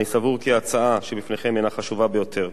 אני סבור כי ההצעה שבפניכם חשובה ביותר,